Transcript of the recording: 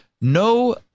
no